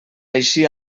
així